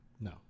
No